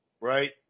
right